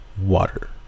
water